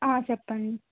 చెప్పండి